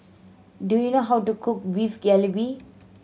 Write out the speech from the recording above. do you know how to cook Beef Galbi